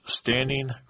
standing